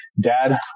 dad